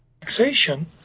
taxation